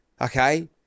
okay